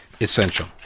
essential